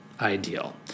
ideal